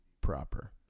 proper